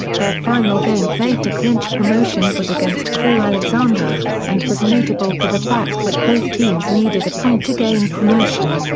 their final game played to clinch promotion was against crewe alexandra, and was notable for the fact that both teams needed a point to gain promotion.